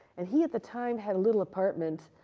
and he, at the time, had a little apartment